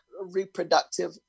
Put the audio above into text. reproductive